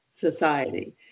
society